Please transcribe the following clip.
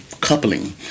coupling